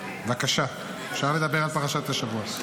בבקשה, אפשר לדבר על פרשת השבוע.